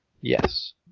yes